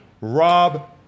rob